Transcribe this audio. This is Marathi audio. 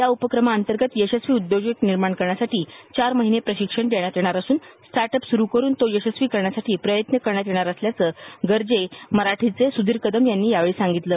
या उपक्रमाअंतर्गत यशस्वी उद्योजक निर्माण करण्यासाठी चार महिने प्रशिक्षण देण्यात येणार असून स्टार्ट अप सुरु करुन तो यशस्वी करण्यासाठी प्रयत्न करण्यात येणार असल्याचं गर्जे मराठीचे सुधीर कदम यांनी यावेळी सांगितलं